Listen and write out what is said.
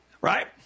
Right